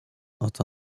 oto